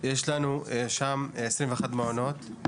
יש לנו שם 21 מעונות,